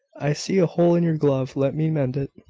i see a hole in your glove let me mend it.